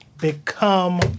become